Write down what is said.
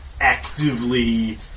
actively